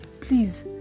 please